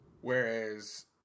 Whereas